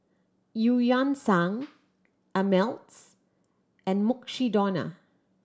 Eu Yan Sang Ameltz and Mukshidonna